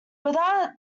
without